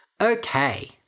Okay